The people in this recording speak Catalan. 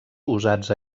usats